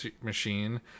machine